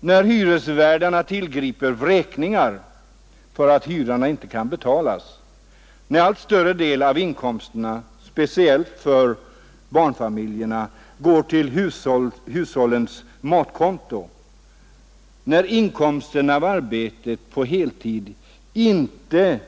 När hyresvärdarna tillgriper vräkningar för att hyran inte kan betalas, när allt större del av inkomsten, speciellt hos barnfamiljerna, går till hushållens matkonto, när inkomsten av arbete på heltid inte